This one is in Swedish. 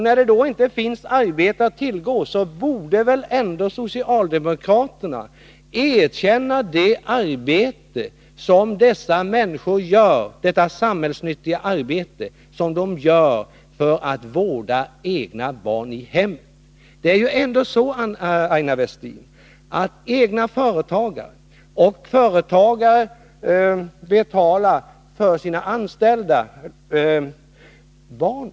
När det inte finns arbete att tillgå, borde väl ändå socialdemokraterna erkänna det samhällsnyttiga arbete som de gör som vårdar egna barn i hemmet. Egna företagare betalar, Aina Westin, barnomsorgsavgift för både anställda och sig själva, grundad på lönesumman och de egna inkomsterna.